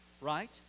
right